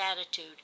attitude